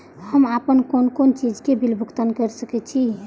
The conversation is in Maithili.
हम आपन कोन कोन चीज के बिल भुगतान कर सके छी?